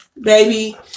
baby